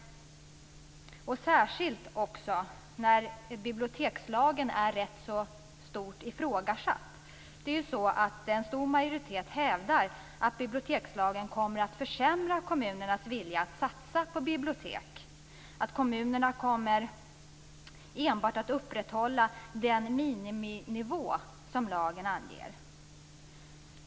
Dessutom är ju bibliotekslagen rätt så ifrågasatt. En stor majoritet hävdar att bibliotekslagen kommer att försämra kommunernas vilja att satsa på bibliotek, att kommunerna enbart kommer att upprätthålla den miniminivå som lagen anger.